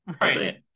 right